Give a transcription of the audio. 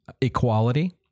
equality